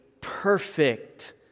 perfect